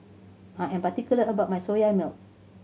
I am particular about my Soya Milk